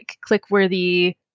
click-worthy